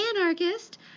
anarchist